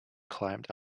climbed